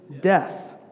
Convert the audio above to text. death